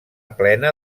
plena